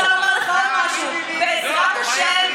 ואני רוצה לומר לך עוד משהו: בעזרת השם,